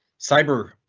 cyber.